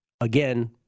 again